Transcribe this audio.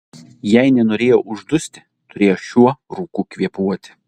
jei nenorėjo uždusti turėjo šiuo rūku kvėpuoti